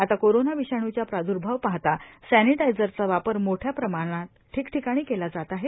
आता कोरोना विषाणूच्या प्राद्र्भाव पाहता सॅनिटायजरचा वापर मोठ्या प्रमाणात ठिकठिकाणी केला जात आहेत